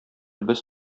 без